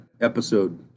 episode